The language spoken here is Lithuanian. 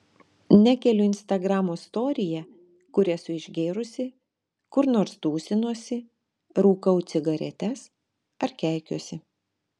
nekeliu instagramo storyje kur esu išgėrusi kur nors tūsinuosi rūkau cigaretes ar keikiuosi